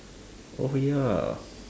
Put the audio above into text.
oh ya